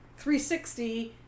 360